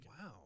Wow